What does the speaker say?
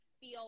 feel